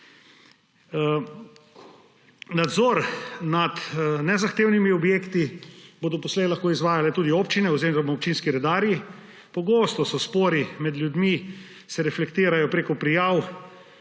Nadzor nad nezahtevnimi objekti bodo poslej lahko izvajale tudi občine oziroma občinski redarji. Pogosti so spori med ljudmi, ki se reflektirajo prek prijav